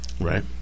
Right